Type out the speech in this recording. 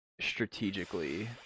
strategically